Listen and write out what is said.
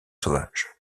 sauvages